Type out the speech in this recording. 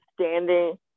standing